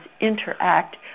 interact